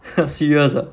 serious ah